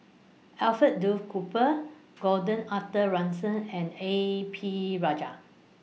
Alfred Duff Cooper Gordon Arthur Ransome and A P Rajah